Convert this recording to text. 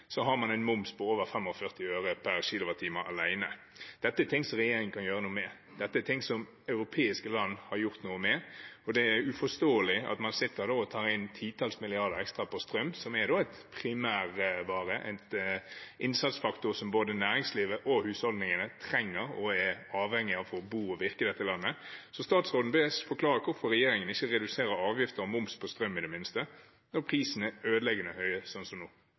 har man en moms på over 45 øre/kWt alene. Dette er noe regjeringen kan gjøre noe med. Dette er noe europeiske land har gjort noe med. Det er uforståelig at man da sitter og tar inn titalls milliarder på strøm, som er en primærvare, en innsatsfaktor som både næringslivet og husholdningene trenger og er avhengig av for å bo og virke i dette landet. Så statsråden bes forklare hvorfor regjeringen ikke reduserer avgifter og moms på strøm i det minste, når prisene er ødeleggende høye, som nå?